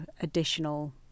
additional